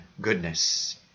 goodness